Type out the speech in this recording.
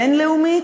בין-לאומית,